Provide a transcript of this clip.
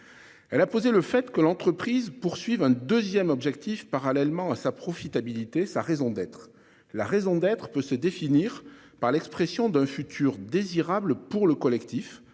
Elle a posé le fait que l'entreprise poursuivent un 2ème objectif parallèlement à sa profitabilité sa raison d'être la raison d'être peut se définir par l'expression d'un futur désirable pour le collectif